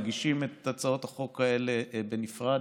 מגישים את הצעות החוק האלה בנפרד,